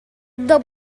the